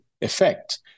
effect